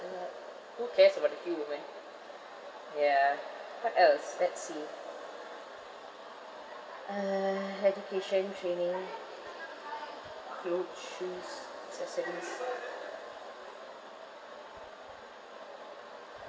uh who cares about the queue woman ya what else let's see uh education training clothes shoes accessories